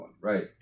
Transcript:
right